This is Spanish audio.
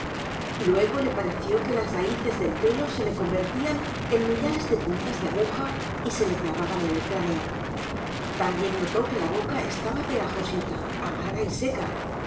luego le pareció que las raíces del pelo se le convertían en millares de puntas de aguja y se le clavaban en el cráneo también notó que la boca estaba pegajosita amarga y seca